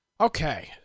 Okay